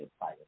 fire